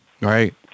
Right